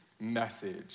message